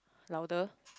louder